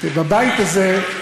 זה לא יעזור.